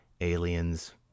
Aliens